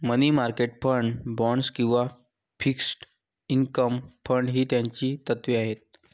मनी market fund, bonds किंवा fixed income fund ही त्याची तत्त्वे आहेत